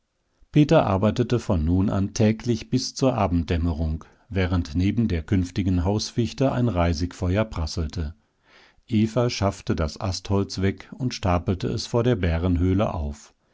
peter arbeitete von nun an täglich bis zur abenddämmerung während neben der künftigen hausfichte ein reisigfeuer prasselte eva schaffte das astholz weg und stapelte es vor der bärenhöhle auf